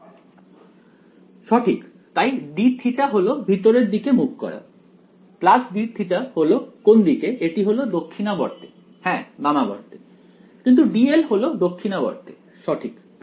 ছাত্র সঠিক তাই dθ হল ভিতরের দিকে মুখ করা dθ হল কোন দিকে এটি হলো দক্ষিণাবর্তে হ্যাঁ বামাবর্তে কিন্তু dl হল দক্ষিণাবর্তে সঠিক